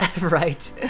right